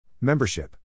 Membership